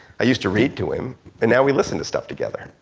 i used to read to him and now we listen to stuff together.